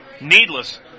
Needless